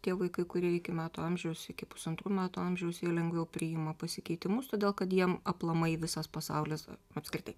tie vaikai kurie iki metų amžiaus iki pusantrų metų amžiaus jie lengviau priima pasikeitimus todėl kad jiem aplamai visas pasaulis apskritai